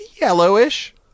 Yellowish